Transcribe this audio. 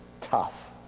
tough